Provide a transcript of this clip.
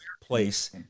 place